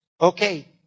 okay